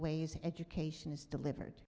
ways education is delivered